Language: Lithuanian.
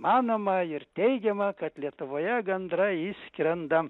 manoma ir teigiama kad lietuvoje gandrai išskrenda